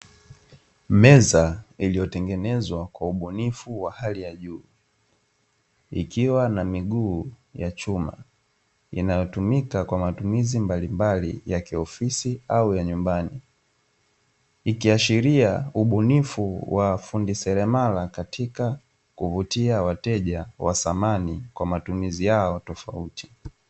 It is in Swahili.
Meza iliyotengenezwa kwa ubunifu wa hali ya juu ikiwa na miguu ya chuma inayotumika kwa matumizi mbalimbali ya kiofisi au ya nyumbani, ikiashiria ubunifu wa fundi seremala katika kuvutia wateja wa samani kwa matumizi yao tofauti.